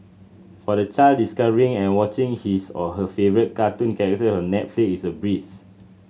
for the child discovering and watching his or her favourite cartoon character on Netflix is a breeze